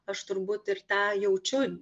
aš turbūt ir tą jaučiu